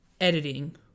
editing